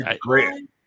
great